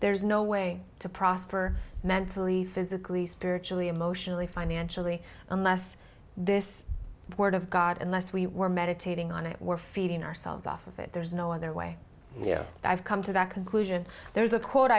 there is no way to prosper mentally physically spiritually emotionally financially unless this word of god unless we were meditating on it we're feeding ourselves off of it there is no other way i've come to that conclusion there's a quote